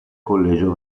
collegio